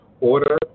order